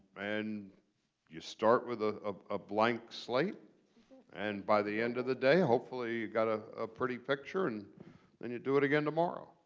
and you start with ah a blank slate and by the end of the day, hopefully, you've got a a pretty picture. and then you do it again tomorrow.